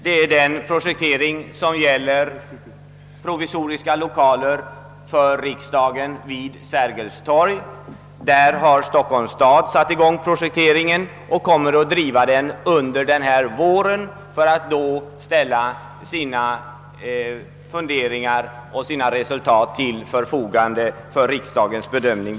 Det gäller den projektering som avser provisoriska lokaler för riksdagen vid Sergels torg. Här har Stockholms stad börjat projekteringen och kommer att driva den nu under våren för att sedan ställa sina funderingar och resultat till riksdagens förfogande för bedömning.